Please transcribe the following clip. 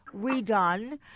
redone –